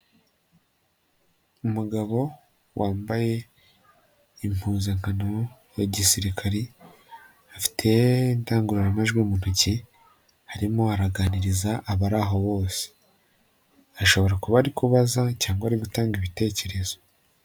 Umugabo wambaye impuzankano ya gisirikari afite indangururamajwi mu ntoki arimo araganiriza abari aho bose, ashobora kuba ari kubaza cyangwa ari gutanga ibitekerezo.